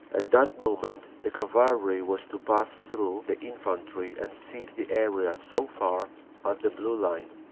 at that moment the cavalry was to pass through the infantry and seize the area so far as the blue line,